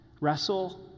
Wrestle